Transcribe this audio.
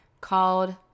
called